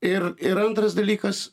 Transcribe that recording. ir ir antras dalykas